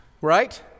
right